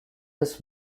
his